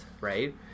right